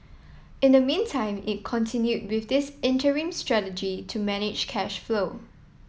in the meantime it continued with this interim strategy to manage cash flow